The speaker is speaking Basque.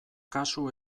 kasu